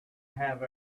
have